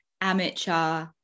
amateur